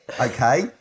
okay